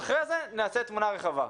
אחרי זה נעשה תמונה רחבה.